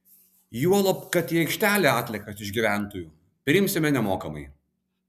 juolab kad į aikštelę atliekas iš gyventojų priimsime nemokamai